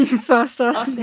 faster